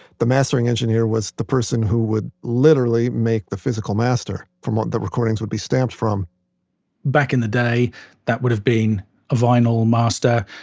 the mastering engineer was the person who would literally make the physical master from what the recordings would be stamped from back in the day that would've been a vinyl master,